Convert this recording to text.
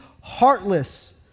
heartless